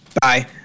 Bye